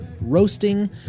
roasting